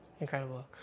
Incredible